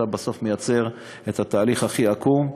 אתה בסוף מייצר את התהליך הכי עקום,